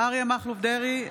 אריה מכלוף דרעי,